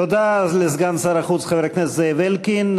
תודה לסגן שר החוץ, חבר הכנסת זאב אלקין.